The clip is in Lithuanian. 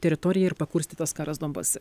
teritorija ir pakurstytas karas donbase